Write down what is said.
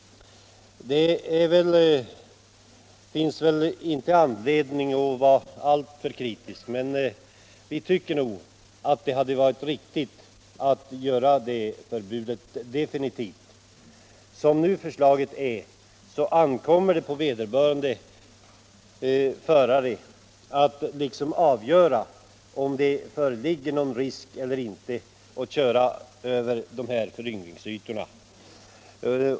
Det finns kanske inte anledning att framföra alltför stark kritik, men vi tycker ändå att det hade varit riktigt att införa ett definitivt förbud. Som förslaget är utformat skall det nu ankomma på vederbörande förare att avgöra, om det är någon risk förenad med att köra över en föryngringsyta.